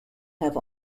have